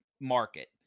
market